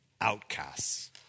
outcasts